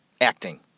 acting